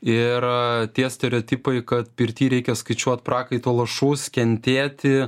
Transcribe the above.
ir tie stereotipai kad pirty reikia skaičiuot prakaito lašus kentėti